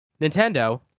Nintendo